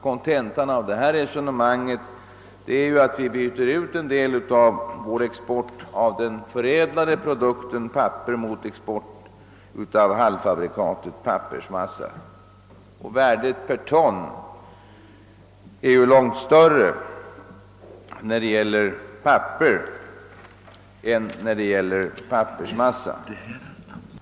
Kontentan av detta resonemang blir att vi byter ut en del av vår export av den förädlade produkten papper mot export av halvfabrikatet pappersmassa och värdet per ton papper är ju långt större än värdet per ton pappersmassa.